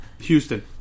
Houston